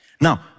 Now